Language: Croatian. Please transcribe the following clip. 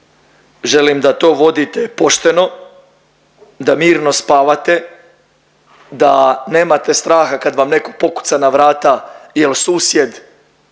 želim da to vodite pošteno, da mirno spavate, da nemate straha kad vam netko pokuca na vrata, je li susjed